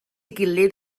gilydd